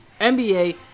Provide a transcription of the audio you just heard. NBA